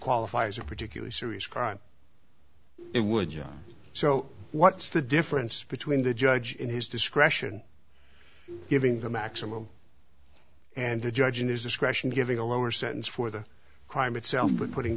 qualify as a particularly serious crime it would john so what's the difference between the judge in his discretion giving the maximum and the judge in his discretion giving a lower sentence for the crime itself but putting